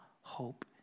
hope